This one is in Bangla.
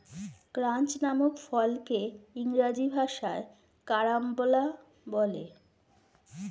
ক্রাঞ্চ নামক ফলকে ইংরেজি ভাষায় কারাম্বলা বলে